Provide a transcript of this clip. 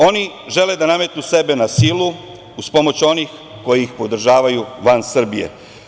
Oni žele da nametnu sebe na silu, uz pomoć onih koji ih podržavaju van Srbije.